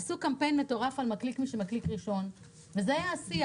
עשו קמפיין מטורף על 'מדליק מי שמקליק ראשון' וזה היה השיח.